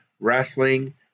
wrestling